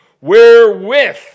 wherewith